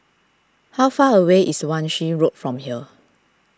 how far away is Wan Shih Road from here